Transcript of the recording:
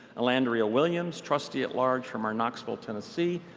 elandria williams, trustee-at-large from our knoxville, tennessee,